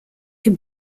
can